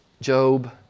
Job